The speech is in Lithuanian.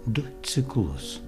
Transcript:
du ciklus